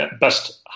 best